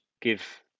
give